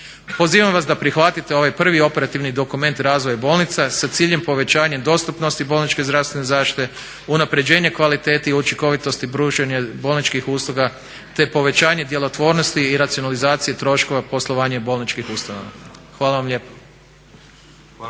Pozivam vas da prihvatite ovaj prvi operativni dokumenat razvoja bolnica sa ciljem povećanja dostupnosti bolničke zdravstvene zaštite, unapređenje kvaliteti i učinkovitosti pružanja bolničkih usluga te povećanje djelotvornosti i racionalizacije troškova poslovanja bolničkih ustanova. Hvala vam lijepa.